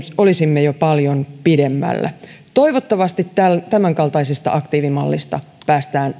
olisimme jo paljon pidemmällä toivottavasti tämänkaltaisesta aktiivimallista päästään